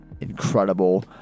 incredible